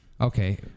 Okay